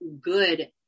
good